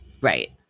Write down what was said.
Right